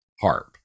HARP